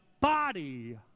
body